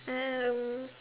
um